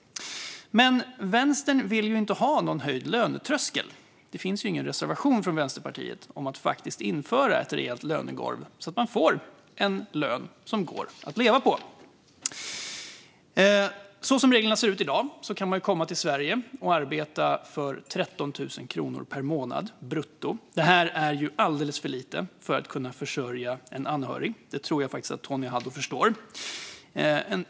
Men Vänstern vill ju inte ha någon höjd lönetröskel. Det finns ingen reservation från Vänsterpartiet om att faktiskt införa ett rejält lönegolv så att man får en lön som går att leva på. Som reglerna ser ut i dag kan man komma till Sverige och arbeta för 13 000 kronor per månad, brutto. Det är alldeles för lite för att kunna försörja en anhörig - det tror jag faktiskt att Tony Haddou förstår.